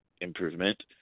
improvement